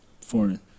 foreign